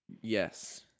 Yes